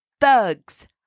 thugs